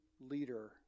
leader